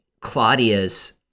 Claudia's